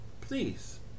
please